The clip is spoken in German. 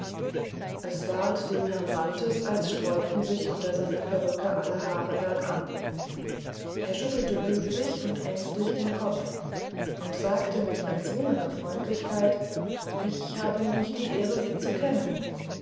es ward dem herrn bantes als sträubten sich unter seiner perücke alle haare bergan er schüttelte höflich und ängstlich den kopf und sagte mit erzwungener freundlichkeit ich habe nicht die ehre sie zu kennen